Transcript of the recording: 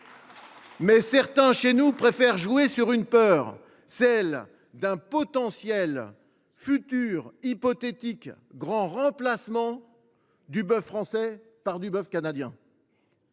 Mais certains, chez nous, préfèrent jouer sur une peur, celle d’un hypothétique futur grand remplacement du bœuf français par du bœuf canadien.